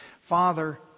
Father